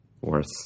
Worth